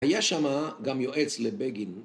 היה שם גם יועץ לבגין